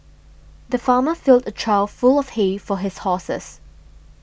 the farmer filled a trough full of hay for his horses